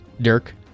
Dirk